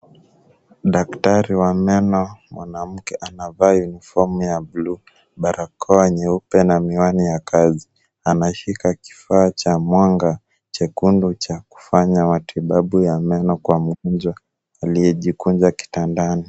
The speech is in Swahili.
Daktari wa meno mwanamke anavaa unifomu ya buluu, barakoa nyeupe na miwani ya kazi. Anashika kifaa cha mwanga chekundu cha kufanya matibabu ya meno kwa mgonjwa aliyejikunja kitandani.